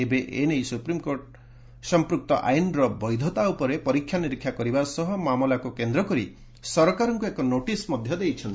ଏବେ ଏ ନେଇ ସୁପ୍ରିମ୍କୋର୍ଟ୍ ସମ୍ପୃକ୍ତ ଆଇନ୍ର ବୈଧତା ଉପରେ ପରୀକ୍ଷା ନିରୀକ୍ଷା କରିବା ସହ ମାମଲାକୁ କେନ୍ଦ୍ର କରି ସରକାରଙ୍କୁ ଏକ ନୋଟସ୍ ମଧ୍ୟ ଦେଇଛନ୍ତି